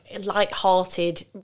light-hearted